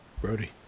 Brody